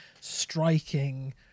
striking